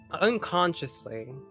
unconsciously